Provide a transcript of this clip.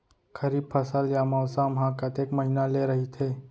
खरीफ फसल या मौसम हा कतेक महिना ले रहिथे?